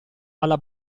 alla